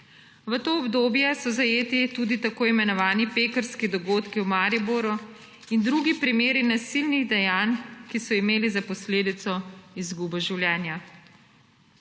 V to obdobje so zajeti tudi tako imenovani pekarski dogodki v Mariboru in drugi primeri nasilnih dejanj, ki so imeli za posledico izgubo življenja.